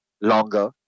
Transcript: longer